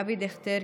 אבי דיכטר,